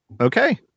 okay